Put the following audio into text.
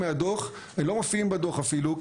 הם לא מופיעים בדו"ח אפילו,